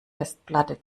festplatte